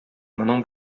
моның